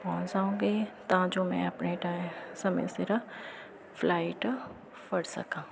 ਪਹੁੰਚ ਜਾਓਗੇ ਤਾਂ ਜੋ ਮੈਂ ਆਪਣੇ ਟੈ ਸਮੇਂ ਸਿਰ ਫਲਾਈਟ ਫੜ ਸਕਾਂ